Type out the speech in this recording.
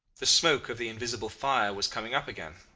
the smoke of the invisible fire was coming up again,